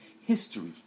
history